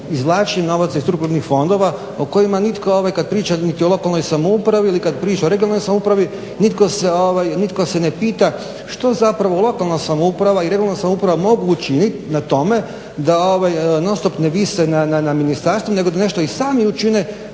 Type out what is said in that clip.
upravo … novac iz strukturnih fondova o kojima nitko kad priča niti o lokalnoj samoupravi ili kad priča o regionalnoj samoupravi, nitko se ne pita što zapravo lokalna samouprava i regionalna samouprava mogu učinit na tome da non-stop ne vise na ministarstvu nego da nešto i sami učine